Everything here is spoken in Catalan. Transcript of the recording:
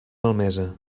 malmesa